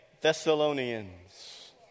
Thessalonians